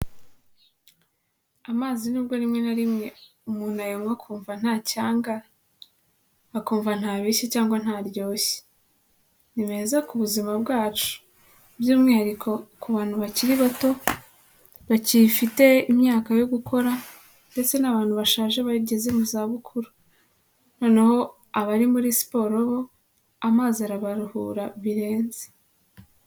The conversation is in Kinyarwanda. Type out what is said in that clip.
Amazi nubwo rimwe na rimwe umuntu ayanywa akumva nta cyanga akumva ntabishya cyangwa ntaryoshye, ni meza ku buzima bwacu by'umwihariko ku bantu bakiri bato bakiyifite imyaka yo gukora ndetse n'abantu bashaje bageze mu zabukuru, noneho abari muri siporo bo amazi arabaruhura birenze.